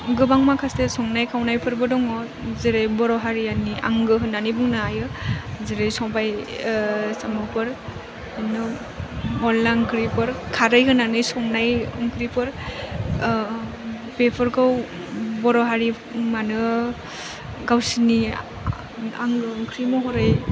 गोबां माखासे संनाय खावनायफोरबो दङ जेरै बर' हारियानि आंगो होन्नानै बुंनो हायो जेरै सबाइ ओह साम'फोर अनला ओंख्रिफोर खारै होनानै संनाय ओंख्रिफोर ओह बेफोरखौ बर' हारि मानो गावसिनि आंगो ओंख्रि महरै